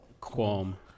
Qualm